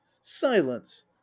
silence